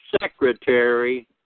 Secretary